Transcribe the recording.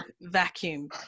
vacuum